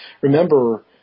remember